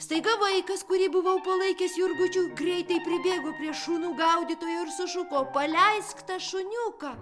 staiga vaikas kurį buvau palaikęs jurgučiu greitai pribėgo prie šunų gaudytojo ir sušuko paleisk tą šuniuką